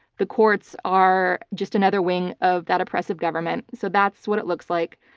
the courts are just another wing of that oppressive government. so that's what it looks like.